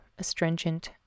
astringent